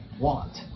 want